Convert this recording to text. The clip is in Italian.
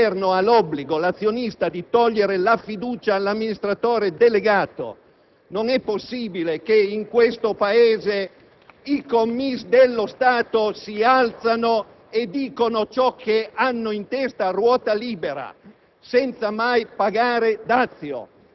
l'azionista, dunque il Governo, ha l'obbligo di togliere la fiducia all'amministratore delegato. Non è possibile che in questo Paese i *commis* dello Stato si alzino e dicano ciò che hanno in testa a ruota libera,